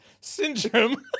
syndrome